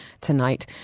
tonight